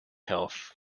health